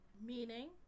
Meaning